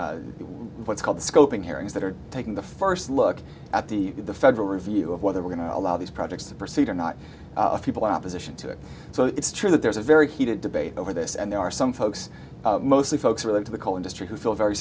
at what's called the scoping hearings that are taking the first look at the federal review of whether we're going to allow these projects to proceed or not people opposition to it so it's true that there's a very heated debate over this and there are some folks mostly folks really into the coal industry who feel very